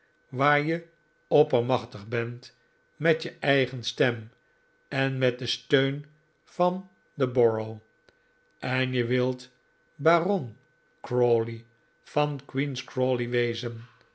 waar je oppermachtig bent met je eigen stem en met den steun van de borough en je wilt baron crawley van queen's crawley wezen